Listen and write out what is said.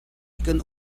kan